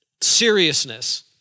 seriousness